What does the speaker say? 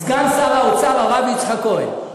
סגן שר האוצר הרב יצחק כהן.